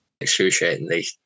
Excruciatingly